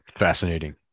fascinating